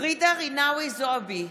ג'ידא רינאוי זועבי,